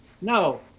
no